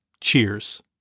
cheers